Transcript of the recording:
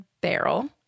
barrel